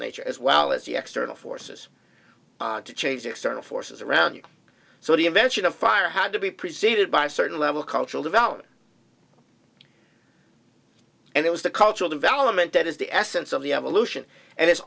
nature as well as the external forces to change the external forces around you so the invention of fire had to be preceded by a certain level cultural development and it was the cultural development that is the essence of the evolution and it's